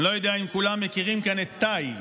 אני לא יודע אם כולם מכירים כאן את טאי.